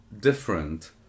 different